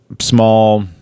small